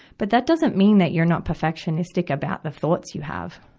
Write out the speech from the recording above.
but that doesn't mean that you're not perfectionistic about the thoughts you have,